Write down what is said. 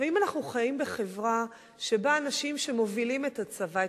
אם אנחנו חיים בחברה שבה האנשים שמובילים את הצבא,